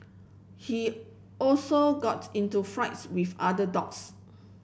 he also got into flights with other dogs